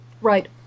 Right